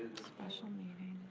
special meeting.